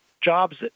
jobs